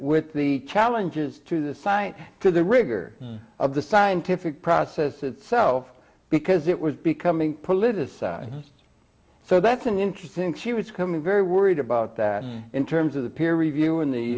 with the challenges to the science to the rigor of the scientific process itself because it was becoming politicized so that's an interesting she was coming very worried about that in terms of the peer review in the